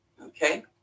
Okay